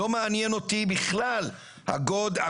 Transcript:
לא מעניין אותי בכלל הגובה,